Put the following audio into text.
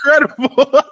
incredible